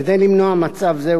כדי למנוע מצב זה,